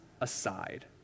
aside